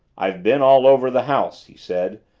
i've been all over the house, he said.